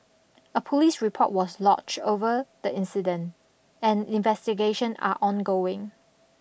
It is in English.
a police report was lodged over the incident and investigation are ongoing